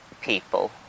people